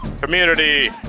community